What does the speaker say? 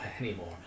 anymore